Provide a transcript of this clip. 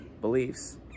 beliefs